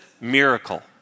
miracle